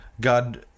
God